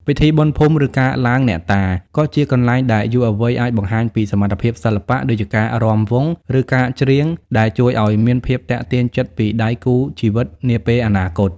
ពិធីបុណ្យភូមិ ឬការឡើងអ្នកតា ក៏ជាកន្លែងដែលយុវវ័យអាចបង្ហាញពីសមត្ថភាពសិល្បៈ ដូចជាការរាំវង់ ឬការច្រៀង ដែលជួយឱ្យមានភាពទាក់ទាញចិត្តពីដៃគូជីវិតនាពេលអនាគត។